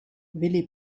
willi